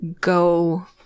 go